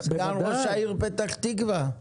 היה סגן ראש העיר פתח תקווה.